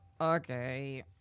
Okay